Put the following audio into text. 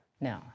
No